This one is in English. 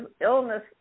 illness